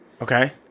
Okay